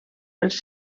pels